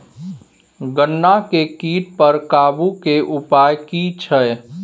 गन्ना के कीट पर काबू के उपाय की छिये?